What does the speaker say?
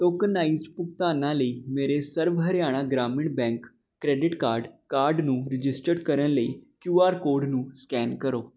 tokenized ਭੁਗਤਾਨਾਂ ਲਈ ਮੇਰੇ Sarva Haryana Gramin bank credit card card ਨੂੰ ਰਜਿਸਟਰ ਕਰਨ ਲਈ ਕਿਊਆਰ ਕੋਡ ਨੂੰ ਸਕੈਨ ਕਰੋ